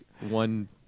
one